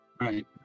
Right